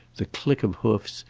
the click of hoofs,